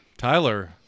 Tyler